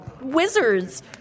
wizards